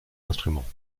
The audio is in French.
instruments